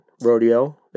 Rodeo